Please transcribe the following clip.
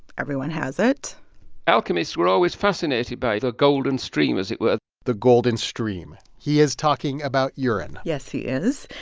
everyone has it alchemists were always fascinated by the golden stream, as it were the golden stream. he is talking about urine yes, he is.